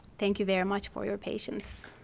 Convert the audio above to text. thank you very much for your patience.